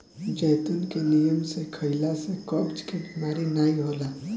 जैतून के नियम से खइला से कब्ज के बेमारी नाइ होला